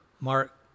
Mark